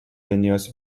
linijos